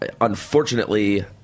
unfortunately